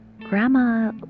Grandma